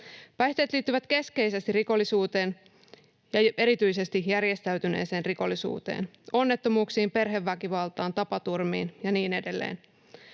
Päihteet liittyvät keskeisesti rikollisuuteen ja erityisesti järjestäytyneeseen rikollisuuteen, onnettomuuksiin, perheväkivaltaan, tapaturmiin ja niin edelleen.